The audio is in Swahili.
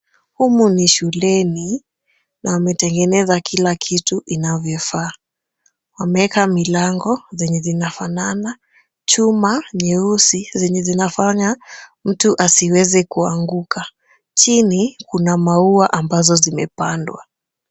Humu ni shuleni na wametengeneza kila kitu inavyofaa. Wameweka milango zenye zinafanana, chuma nyeusi zenye zinafanya mtu asiweze kuanguka. Chini kuna maua ambazo zimepandwa.